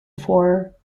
four